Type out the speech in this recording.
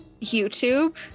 YouTube